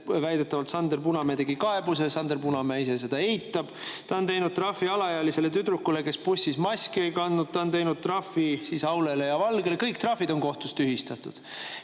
väidetavalt Sander Punamäe tegi kaebuse, kuigi Sander Punamäe ise seda eitab. Ta on teinud trahvi alaealisele tüdrukule, kes bussis maski ei kandnud. Ta on teinud trahvi Aulele ja Valgele. Kõik need trahvid on kohtus tühistatud.